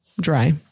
Dry